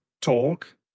talk